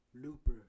Looper